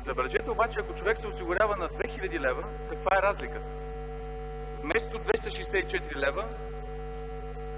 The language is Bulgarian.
Забележете обаче, ако човек се осигурява на 2000 лв., каква е разликата – вместо 264 лв.,